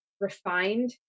refined